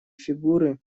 фигуры